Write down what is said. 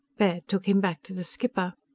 baird took him back to the skipper.